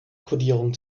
kodierung